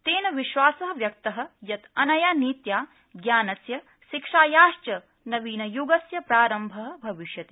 तेन विश्वास व्यक्त यत् अनया नीत्या ज्ञानस्य शिक्षायाश्च नवीन य्गस्य प्रारम्भ भविष्यति